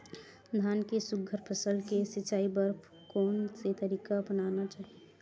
धान के सुघ्घर फसल के सिचाई बर कोन से तरीका अपनाना चाहि?